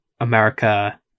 america